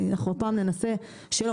אנחנו הפעם ננסה שלא.